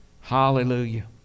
hallelujah